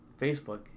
Facebook